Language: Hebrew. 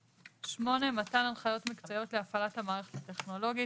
(8) מתן הנחיות מקצועיות להפעלת המערכת הטכנולוגית,